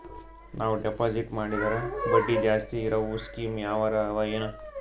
ನಾವು ಡೆಪಾಜಿಟ್ ಮಾಡಿದರ ಬಡ್ಡಿ ಜಾಸ್ತಿ ಇರವು ಸ್ಕೀಮ ಯಾವಾರ ಅವ ಏನ?